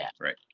right